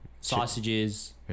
sausages